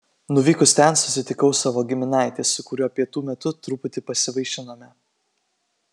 nuvykus ten susitikau savo giminaitį su kuriuo pietų metu truputį pasivaišinome